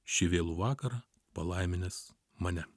šį vėlų vakarą palaiminęs mane